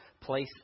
place